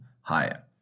higher